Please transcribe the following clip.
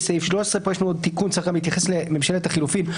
צריך להתייחס לממשלת החילופין,